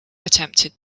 attempted